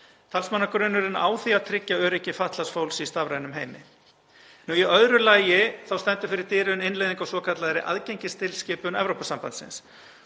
Talsmannagrunnurinn á því að tryggja öryggi fatlaðs fólks í stafrænum heimi. Í öðru lagi stendur fyrir dyrum innleiðing á svokallaðri aðgengistilskipun Evrópusambandsins.